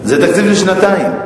זה תקציב לשנתיים,